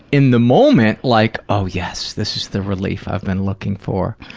in the moment, like, oh yes, this is the relief i've been looking for.